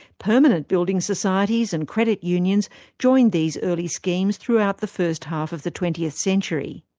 permanent building societies and credit unions joined these early schemes throughout the first half of the twentieth century.